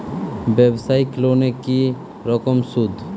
ব্যবসায়িক লোনে কি রকম সুদ?